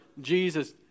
Jesus